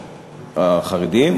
החרדים,